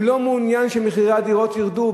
הוא לא מעוניין שמחירי הדירות ירדו,